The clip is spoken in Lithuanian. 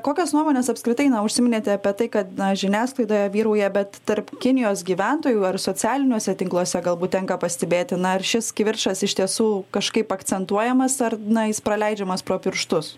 kokios nuomonės apskritai na užsiminėte apie tai kad na žiniasklaidoje vyrauja bet tarp kinijos gyventojų ar socialiniuose tinkluose galbūt tenka pastebėti na ar šis kivirčas iš tiesų kažkaip akcentuojamas ar na jis praleidžiamas pro pirštus